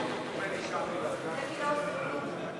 נתקבל.